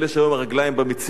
אלה שהיו עם הרגליים במציאות,